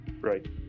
Right